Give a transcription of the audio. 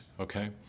okay